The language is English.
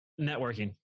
networking